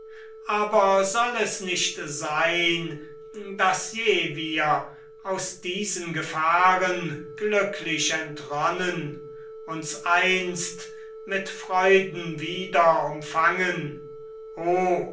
aber soll es nicht sein daß je wir aus diesen gefahren glücklich entronnen uns einst mit freuden wieder umfangen